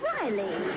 Riley